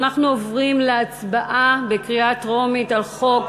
אנחנו עוברים להצבעה בקריאה טרומית על הצעת חוק